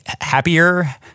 happier